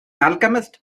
alchemist